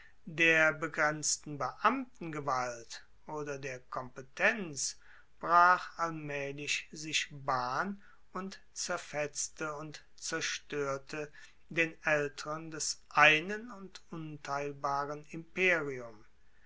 der begrenzten beamtengewalt oder der kompetenz brach allmaehlich sich bahn und zerfetzte und zerstoerte den aelteren des einen und unteilbaren imperium